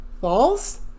False